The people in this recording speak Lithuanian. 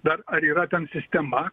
dar ar yra ten sistema